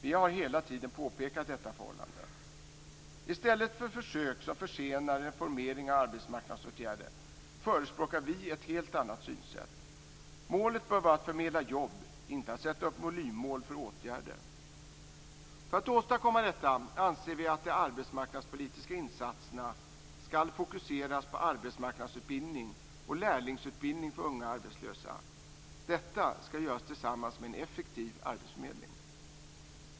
Vi har hela tiden påpekat detta förhållande. I stället för försök som försenar en reformering av arbetsmarknadsåtgärder förespråkar vi ett helt annat synsätt. Målet bör vara att förmedla jobb, inte att sätta upp volymmål för åtgärder. För att åstadkomma detta anser vi att de arbetsmarknadspolitiska insatserna bör fokuseras på arbetsmarknadsutbildning och lärlingsutbildning för unga arbetslösa. Detta skall göras tillsammans med en effektiv arbetsförmedling.